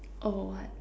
oh what